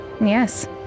Yes